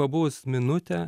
pabuvus minutę